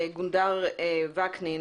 גונדר וקנין,